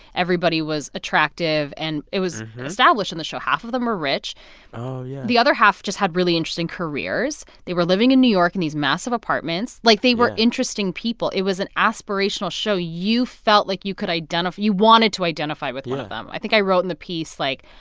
everybody was attractive, and it was established in the show half of them are rich oh, yeah the other half just had really interesting careers. they were living in new york in these massive apartments. like. yeah they were interesting people. it was an aspirational show. you felt like you could identify you wanted to identify. yeah. with one of them. i think i wrote in the piece, like,